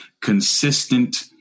consistent